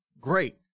Great